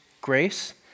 grace